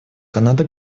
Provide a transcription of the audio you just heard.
канада